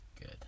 good